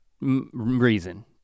reason